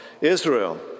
Israel